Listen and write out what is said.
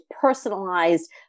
personalized